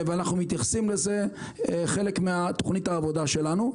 ואנחנו מתייחסים לזה כחלק מתוכנית העבודה שלנו.